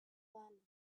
planet